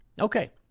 okay